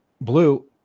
Blue